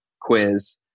quiz